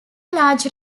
large